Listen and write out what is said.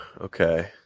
okay